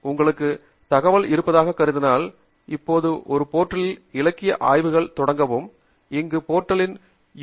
எனவே உங்களுக்கு தகவல் இருப்பதாக கருதினால் இப்போது இந்த போர்ட்டளில் இலக்கிய ஆய்வுகளை தொடங்கவும் இங்கு போர்ட்டலின் யூ